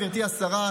גברתי השרה,